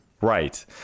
Right